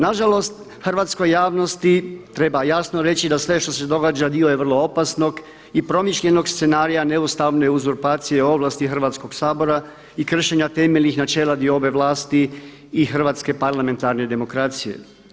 Nažalost, hrvatskoj javnosti treba jasno reći da sve što se događa dio je vrlo opasnog i promišljenog scenarija neustavne uzurpacije ovlasti Hrvatskog sabora i kršenja temeljenih načela diobe vlasti i hrvatske parlamentarne demokracije.